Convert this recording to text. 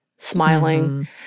smiling